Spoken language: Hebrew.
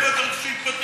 מאיפה אתה רוצה שיתפטר?